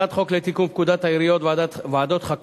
אולי אתם רוצים לגוון?